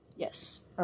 Yes